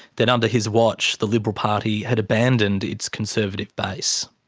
that, under his watch, the liberal party had abandoned its conservative base.